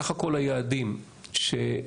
(שקף: